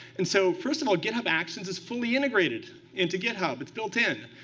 and so first of all, github actions is fully integrated into github. it's built in.